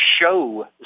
show